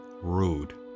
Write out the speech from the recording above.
rude